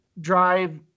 drive